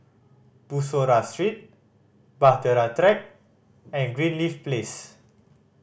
Bussorah Street Bahtera Track and Greenleaf Place